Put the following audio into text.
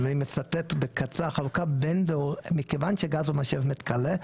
אני מצטט בקצר מכיוון שגז הוא משאב מתכלה,